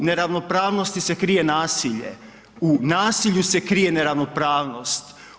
U neravnopravnosti se krije nasilje, u nasilju se krije neravnopravnost.